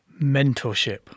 Mentorship